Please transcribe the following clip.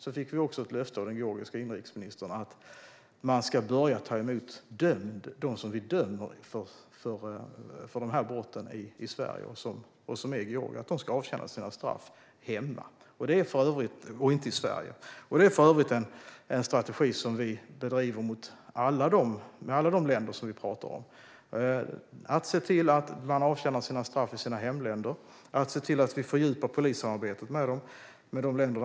Vi fick dessutom ett löfte av den georgiske inrikesministern att de ska börja ta emot de georgier som vi i Sverige dömer för dessa brott så att de avtjänar straffen hemma och inte i Sverige. Detta är för övrigt en strategi som vi bedriver gentemot alla de länder vi talar om: Vi vill se till att personerna avtjänar straffen i hemländerna. Vi fördjupar också polissamarbetet med dessa länder.